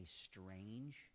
strange